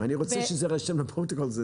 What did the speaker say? אני רוצה שזה יירשם לפרוטוקול.